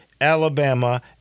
Alabama